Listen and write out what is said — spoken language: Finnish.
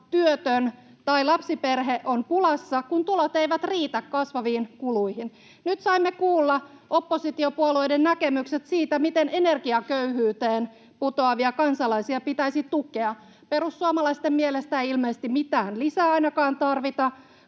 työtön tai lapsiperhe on pulassa, kun tulot eivät riitä kasvaviin kuluihin. Nyt saimme kuulla oppositiopuolueiden näkemykset siitä, miten energiaköyhyyteen putoavia kansalaisia pitäisi tukea. Perussuomalaisten mielestä ilmeisesti mitään lisää ei ainakaan tarvita.